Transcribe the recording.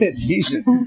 Jesus